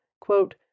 Quote